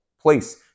place